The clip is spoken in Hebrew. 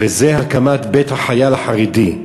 זה הקמת בית החייל החרדי.